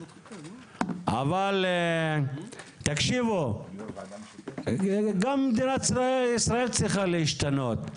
אבל, תקשיבו, גם מדינת ישראל צריכה להשתנות.